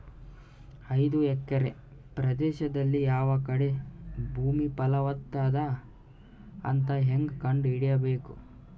ಐದು ಎಕರೆ ಪ್ರದೇಶದಲ್ಲಿ ಯಾವ ಕಡೆ ಭೂಮಿ ಫಲವತ ಅದ ಅಂತ ಹೇಂಗ ಕಂಡ ಹಿಡಿಯಬೇಕು?